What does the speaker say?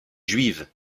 juive